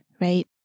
right